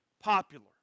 popular